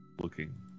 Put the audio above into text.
looking